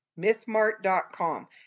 mythmart.com